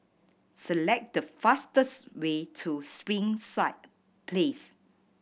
select the fastest way to Springside Place